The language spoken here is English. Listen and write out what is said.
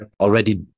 already